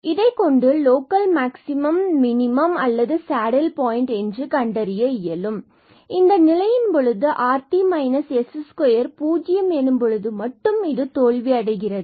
இதை கொண்டு local maximum minimum அல்லது சாடில் பாயிண்ட் என்று கண்டறிய இயலும் இந்த நிலையின் பொழுதுrt s20 எனும் பொழுது மட்டும் இது தோல்வியடைகிறது